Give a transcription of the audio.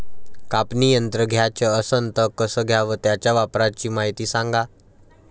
कापनी यंत्र घ्याचं असन त कस घ्याव? त्याच्या वापराची मायती सांगा